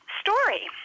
story